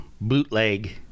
bootleg